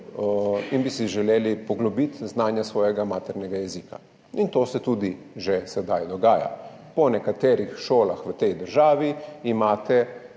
in bi si želeli poglobiti znanje svojega maternega jezika. To se že sedaj dogaja. Po nekaterih šolah v tej državi imate